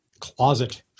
closet